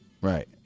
Right